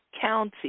County